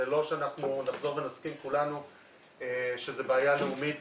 לא שאנחנו נחזור ונסכים כולנו שזאת בעיה לאומית,